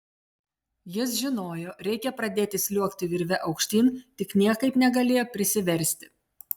jis žinojo reikia pradėti sliuogti virve aukštyn tik niekaip negalėjo prisiversti